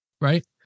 Right